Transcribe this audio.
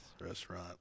restaurant